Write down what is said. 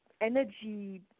energy